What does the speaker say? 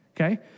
okay